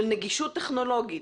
של נגישות טכנולוגית,